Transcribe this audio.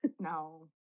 No